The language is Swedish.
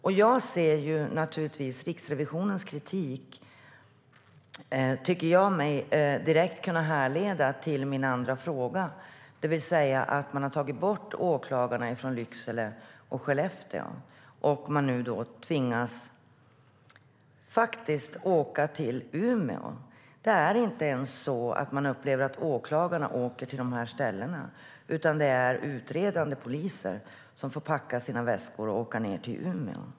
Jag tycker mig kunna härleda Riksrevisionens kritik direkt till min andra fråga, det vill säga att åklagarna i Lycksele och Skellefteå har tagits bort och att man nu tvingas åka till Umeå. Man upplever inte ens att åklagarna åker till de här ställena, utan utredande poliser får packa sina väskor och åka ned till Umeå.